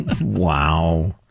Wow